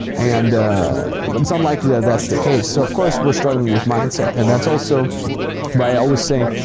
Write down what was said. and ah but it's unlikely that that's the case. so of course we're struggling with mindset. and that's also why i always say,